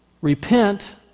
repent